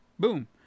boom